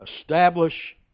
establish